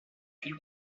fil